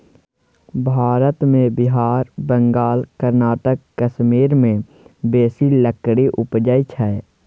भारत मे बिहार, बंगाल, कर्नाटक, कश्मीर मे बेसी लकड़ी उपजइ छै